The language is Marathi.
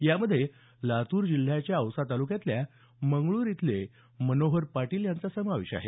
यामध्ये लातूर जिल्ह्याच्या औसा तालुक्यातल्या मंगरुळ इथले मनोहर पाटील यांचा समावेश आहे